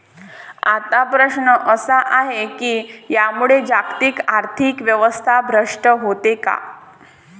आता प्रश्न असा आहे की यामुळे जागतिक आर्थिक व्यवस्था भ्रष्ट होते का?